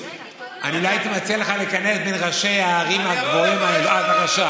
אני לא הייתי מציע לך להיכנס בין ראשי ההרים הגבוהים האלו.